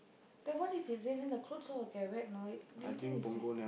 then what if it rain then all the clothes all will get wet you know do you think it's